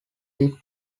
did